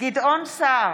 גדעון סער,